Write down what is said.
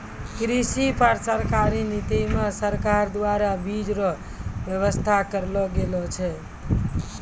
कृषि पर सरकारी नीति मे सरकार द्वारा बीज रो वेवस्था करलो गेलो छै